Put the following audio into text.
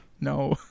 No